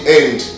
end